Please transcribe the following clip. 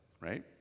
right